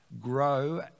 grow